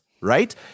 Right